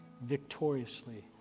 victoriously